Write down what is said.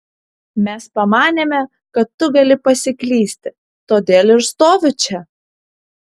mes pamanėme kad tu gali pasiklysti todėl ir stoviu čia